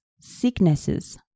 sicknesses